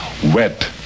Wet